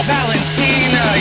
Valentina